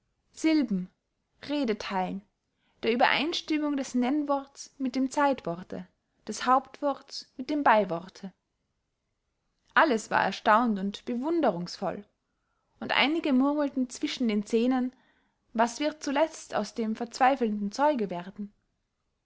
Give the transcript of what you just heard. redetheilen der uebereinstimmung des nennworts mit dem zeitworte des hauptworts mit dem beyworte alles war erstaunt und bewunderungsvoll und einige murmelten zwischen den zähnen was wird zuletzt aus dem verzweifelten zeuge werden